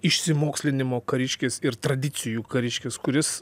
išsimokslinimo kariškis ir tradicijų kariškis kuris